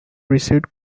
received